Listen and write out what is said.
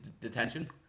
detention